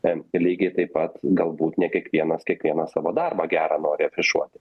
ten lygiai taip pat galbūt ne kiekvienas kiekvieną savo darbą gerą nori afišuoti